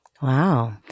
Wow